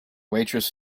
waitress